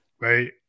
right